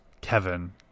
Kevin